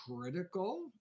critical